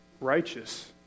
righteous